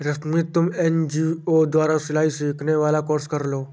रश्मि तुम एन.जी.ओ द्वारा सिलाई सिखाने वाला कोर्स कर लो